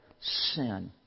sin